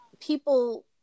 People